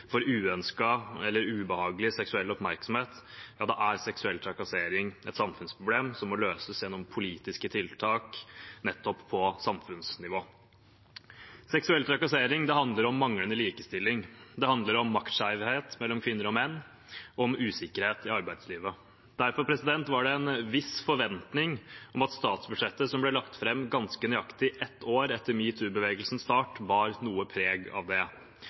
for uønsket eller ubehagelig seksuell oppmerksomhet, er seksuell trakassering et samfunnsproblem som må løses gjennom politiske tiltak nettopp på samfunnsnivå. Seksuell trakassering handler om manglende likestilling, det handler om maktskjevhet mellom kvinner og menn og om usikkerhet i arbeidslivet. Derfor var det en viss forventning om at statsbudsjettet som ble lagt fram ganske nøyaktig ett år etter metoo-bevegelsens start, ville bære noe preg av det,